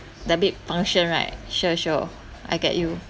debit function right sure sure I get you